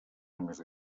més